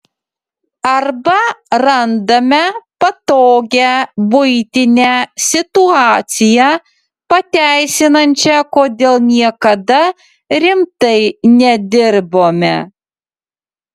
arba randame patogią buitinę situaciją pateisinančią kodėl niekada rimtai nedirbome